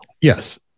Yes